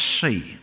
see